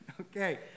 Okay